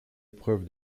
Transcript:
épreuve